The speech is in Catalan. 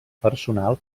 personal